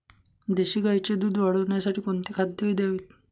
देशी गाईचे दूध वाढवण्यासाठी कोणती खाद्ये द्यावीत?